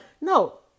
no